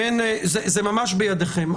זה ממש בידיכם.